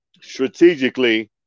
strategically